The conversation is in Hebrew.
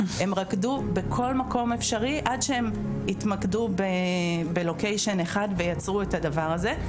הם רקדו בכל מקום אפשרי עד שהם התמקדו בלוקיישן אחד ויצרו את הדבר הזה,